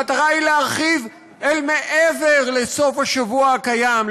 המטרה היא להרחיב אל מעבר לסוף השבוע הקיים,